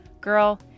Girl